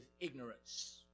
ignorance